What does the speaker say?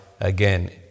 again